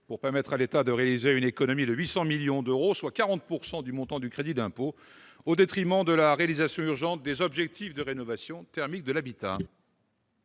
doit permettre à l'État de réaliser une économie de 800 millions d'euros, soit 40 % du montant du crédit d'impôt, et cela au détriment de la réalisation urgente des objectifs de rénovation thermique de l'habitat.